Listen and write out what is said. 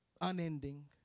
unending